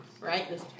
right